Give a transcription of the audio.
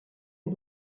est